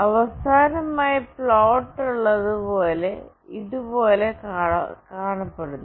അവസാനമായി പ്ലോട്ട് ഇതുപോലെ കാണപ്പെടുന്നു